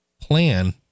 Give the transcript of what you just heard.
plan